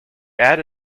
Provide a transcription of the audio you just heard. add